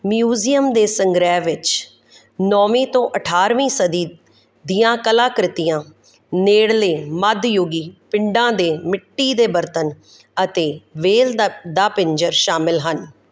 museum ਦੇ ਸੰਗ੍ਰਹਿ ਵਿੱਚ ਨੌਵੀਂ ਤੋਂ ਅਠਾਰ੍ਹਵੀਂ ਸਦੀ ਦੀਆਂ ਕਲਾਕ੍ਰਿਤੀਆਂ ਨੇੜਲੇ ਮੱਧਯੁੱਗੀ ਪਿੰਡਾਂ ਦੇ ਮਿੱਟੀ ਦੇ ਬਰਤਨ ਅਤੇ ਵੇਲ ਦਾ ਦਾ ਪਿੰਜਰ ਸ਼ਾਮਲ ਹਨ